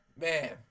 Man